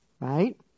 right